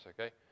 okay